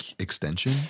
extension